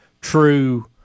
true